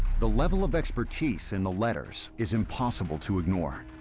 the level of expertise in the letters is impossible to ignore,